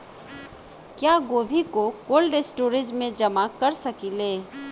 क्या गोभी को कोल्ड स्टोरेज में जमा कर सकिले?